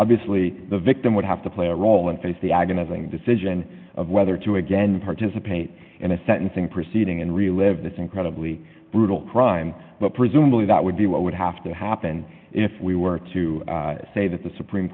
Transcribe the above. obviously the victim would have to play a role and face the agonizing decision of whether to again participate in a sentencing proceeding and relive this incredibly brutal crime but presumably that would be what would have to happen if we were to say that the supreme